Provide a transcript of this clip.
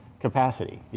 capacity